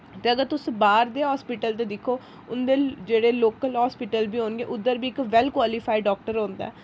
ते अगर तुस बाह्र दे अस्पताल दिक्खो उं'दे जेह्ड़े लोकल अस्पताल बी होङन उद्धर बी इक वैल्ल क्वालिफाइड डाक्टर होंदा ऐ